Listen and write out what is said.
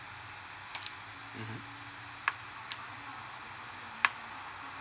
mmhmm